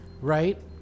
Right